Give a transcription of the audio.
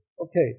Okay